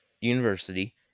University